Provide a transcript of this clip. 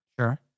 Sure